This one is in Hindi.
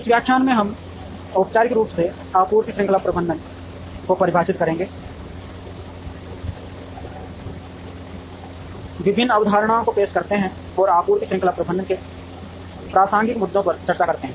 इस व्याख्यान में हम औपचारिक रूप से आपूर्ति श्रृंखला प्रबंधन को परिभाषित करते हैं विभिन्न अवधारणाओं को पेश करते हैं और आपूर्ति श्रृंखला प्रबंधन में प्रासंगिक मुद्दों पर चर्चा करते हैं